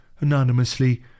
anonymously